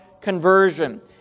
conversion